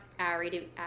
Ari